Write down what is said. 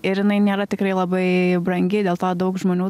ir jinai nėra tikrai labai brangi dėl to daug žmonių